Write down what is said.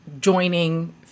joining